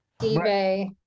eBay